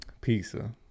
pizza